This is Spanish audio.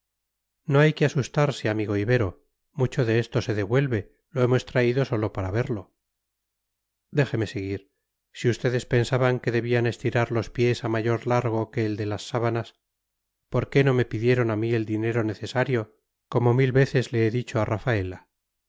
no hay que asustarse amigo ibero mucho de esto se devuelve lo hemos traído sólo para verlo déjeme seguir si ustedes pensaban que debían estirar los pies a mayor largo que el de las sábanas por qué no me pidieron a mí el dinero necesario como mil veces le he dicho a rafaela